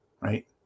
right